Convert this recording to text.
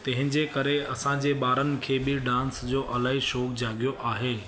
तंहिंजे करे असांजे ॿारनि खे बि डांस जो अलाही शौक़ु जागियो आहे